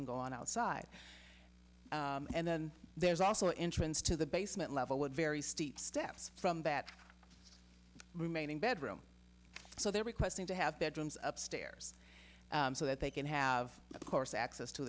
and go outside and then there's also entrance to the basement level with very steep steps from that remaining bedroom so they're requesting to have bedrooms upstairs so that they can have of course access to